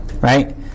Right